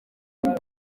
bintu